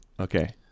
Okay